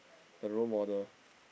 the role model